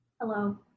Hello